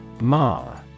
Ma